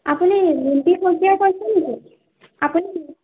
আপুনি ৰিম্পী শইকীয়াই কৈছে নেকি আপুনি